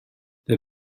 the